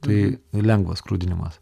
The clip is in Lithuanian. tai lengvas skrudinimas